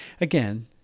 again